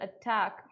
attack